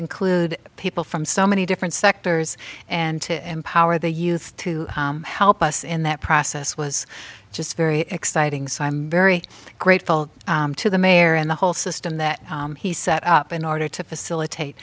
include people from so many different sectors and to empower the youth to help us in that process was just very exciting so i'm very grateful to the mayor and the whole system that he set up in order to facilitate